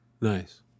Nice